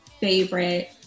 favorite